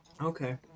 Okay